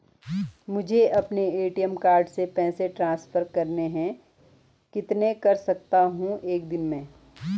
मुझे अपने ATM card से पैसे ट्रांसफर करने हैं कितने कर सकता हूँ एक दिन में?